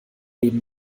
neben